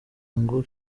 ngo